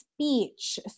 Speech